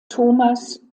thomas